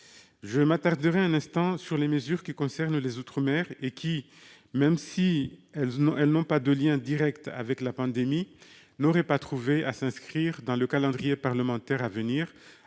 Je m'attarderai un instant sur les mesures qui concernent les outre-mer et qui, même si elles n'ont pas de lien direct avec la pandémie, n'auraient pas trouvé à s'inscrire dans le calendrier parlementaire à venir,